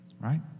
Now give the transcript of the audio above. right